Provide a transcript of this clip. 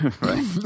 right